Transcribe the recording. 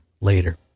later